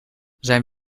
zijn